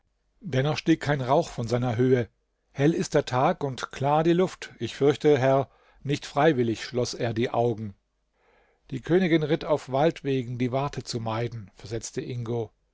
dennoch stieg kein rauch von seiner höhe hell ist der tag und klar die luft ich fürchte herr nicht freiwillig schloß er die augen die königin ritt auf waldwegen die warte zu meiden versetzte ingo